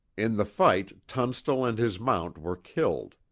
in the fight, tunstall and his mount were killed.